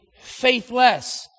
faithless